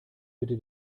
bitte